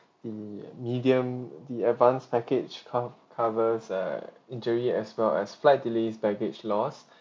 in medium the advanced package co~ covers err injury as well as flight delays baggage loss